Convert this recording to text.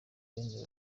benny